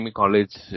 college